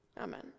Amen